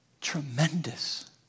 Tremendous